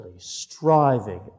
Striving